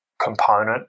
component